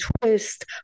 twist